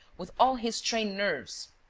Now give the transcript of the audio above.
with all his strained nerves!